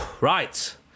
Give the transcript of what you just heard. Right